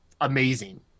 amazing